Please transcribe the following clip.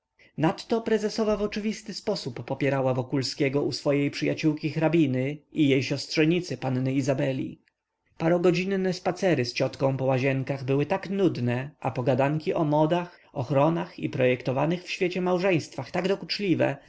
nadto prezesowa w oczywisty sposób popierała wokulskiego u swojej przyjaciółki hrabiny i jej siostrzenicy panny izabeli parogodzinne spacery z ciotką po łazienkach były tak nudne a pogadanki o modach ochronach i projektowanych w świecie małżeństwach tak